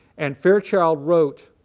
and fairchild wrote,